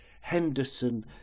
Henderson